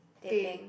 teh